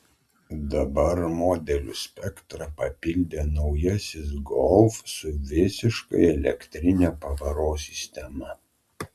dabar modelių spektrą papildė naujasis golf su visiškai elektrine pavaros sistema